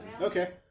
Okay